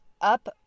up